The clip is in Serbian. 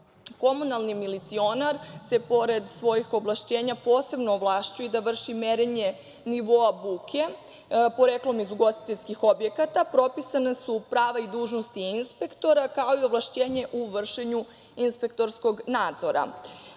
poslova. Komunalni milicionar se pored svojih ovlašćenja posebno ovlašćuje da vrši merenje nivoa buke poreklom iz ugostiteljskih objekata. Propisana su prava i dužnosti inspektora, kao i ovlašćenje u vršenju inspektorskog nadzora.